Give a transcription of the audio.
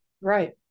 right